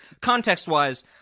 context-wise